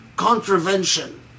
Contravention